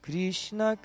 Krishna